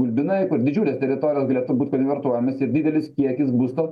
gulbinai kur didžiulės teritorijos galėtų būt konvertuojamos ir didelis kiekis būsto